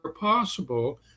possible